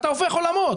אתה הופך עולמות.